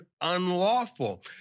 unlawful